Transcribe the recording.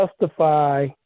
justify